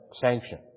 sanction